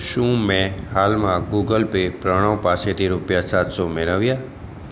શું મેં હાલમાં ગૂગલ પે પ્રણવ પાસેથી રૂપિયા સાત સો મેળવ્યા